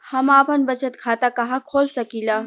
हम आपन बचत खाता कहा खोल सकीला?